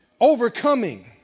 Overcoming